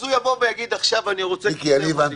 אז הוא יבוא ויגיד --- מיקי, אני הבנתי,